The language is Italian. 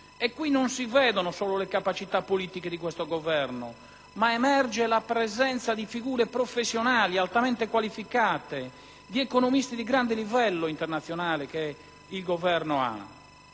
E qui non si vedono solo le capacità politiche di questo Governo, ma emerge la presenza di figure professionali altamente qualificate, di economisti di grande livello internazionale di cui